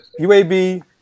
UAB